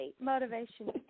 motivation